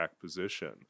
position